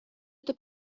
это